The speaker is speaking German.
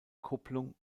kupplung